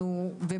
חברת הכנסת רוזין,